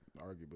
Arguably